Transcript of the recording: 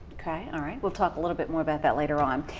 okay. all right. we'll talk a little bit more about that later on.